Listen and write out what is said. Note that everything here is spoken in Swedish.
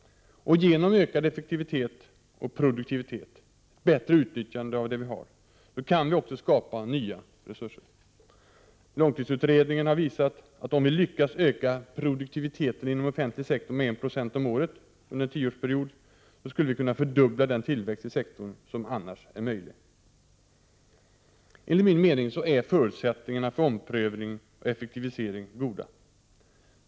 Genom ökad effektivitet och produktivitet, bättre utnyttjande av det vi har, kan vi också skapa nya resurser. Långtidsutredningen har visat att om vi lyckas öka produktiviteten inom offentlig sektor med 1 96 om året under en tioårsperiod skulle vi kunna fördubbla den tillväxt i sektorn som annars är möjlig. Enligt min mening är förutsättningarna för omprövning och effektivisering goda.